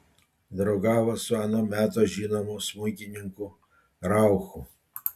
draugavo su ano meto žinomu smuikininku rauchu